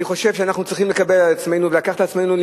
אני חושב שאנחנו צריכים לקבל על עצמנו למנוע,